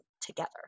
together